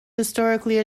historically